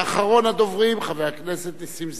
ואחרון הדוברים, חבר הכנסת נסים זאב.